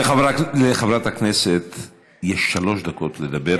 לחברת הכנסת יש שלוש דקות לדבר.